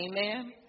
Amen